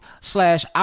slash